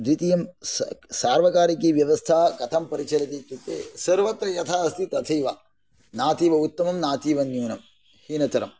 द्वितीयं सार्वकारिकीव्यवस्था कथं परिचलति इत्युक्ते सर्वत्र यथा अस्ति तथैव नातीव उत्तमं नातीव न्यूनं हीनतरं